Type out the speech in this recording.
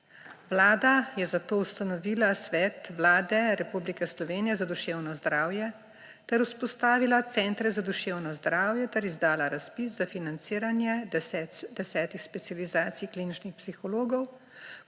Vlada je zato ustanovila Svet Vlade Republike Slovenije za duševno zdravje ter vzpostavila centre za duševno zdravje ter izdala razpis za financiranje desetih specializacij kliničnih psihologov,